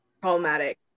problematic